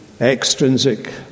extrinsic